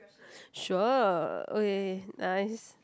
sure okay nice